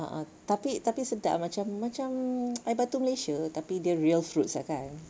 a'ah tapi tapi sedap macam macam air batu Malaysia tapi dia real fruits lah kan